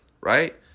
Right